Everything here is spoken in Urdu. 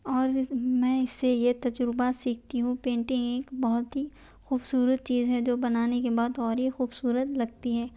اور میں اس سے یہ تجربہ سیکھتی ہوں پینٹنگ ایک بہت ہی خوبصورت چیز ہے جو بنانے کے بعد اور بھی خوبصورت لگتی ہے